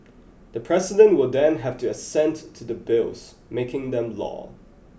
the president will then have to assent to the bills making them law